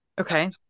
Okay